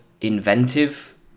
inventive